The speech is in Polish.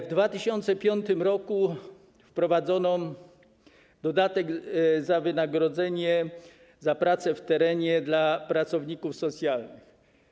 W 2005 r. wprowadzono dodatek do wynagrodzenia za pracę w terenie dla pracowników socjalnych.